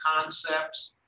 concepts